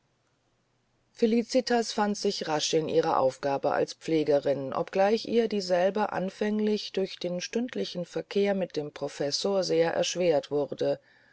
felicitas fand sich rasch in ihre aufgabe als pflegerin obgleich ihr dieselbe anfänglich durch den stündlichen verkehr mit dem professor sehr erschwert wurde